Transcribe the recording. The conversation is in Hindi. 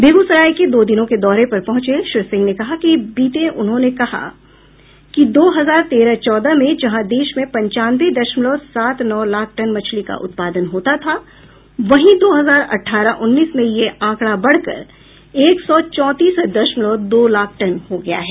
बेगूसराय के दो दिनों के दौरे पर पहंचे श्री सिंह ने कहा कि बीते उन्होंने कहा कि दो हजार तेरह चौदह में जहां देश में पंचानवे दश्मलव सात नौ लाख टन मछली का उत्पादन होता था वहीं दो हजार अठारह उन्नीस में यह आंकड़ा बढ़कर एक सौ चौंतीस दश्मलव दो लाख टन हो गया है